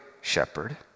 shepherd